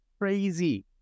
crazy